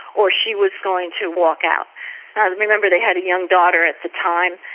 or she was going to walk out. i remember they had a young daughter at the time.